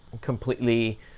completely